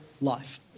life